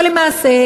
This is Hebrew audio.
למעשה,